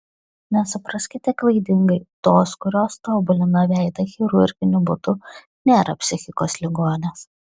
nesupraskite klaidingai tos kurios tobulina veidą chirurginiu būdu nėra psichikos ligonės